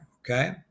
Okay